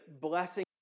blessing